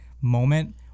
moment